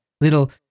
little